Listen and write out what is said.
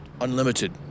unlimited